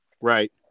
right